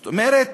זאת אומרת,